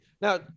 Now